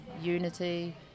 unity